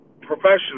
professional